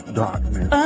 darkness